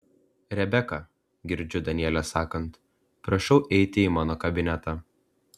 rebeka girdžiu danielę sakant prašau eiti į mano kabinetą